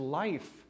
life